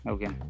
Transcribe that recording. Okay